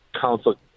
Council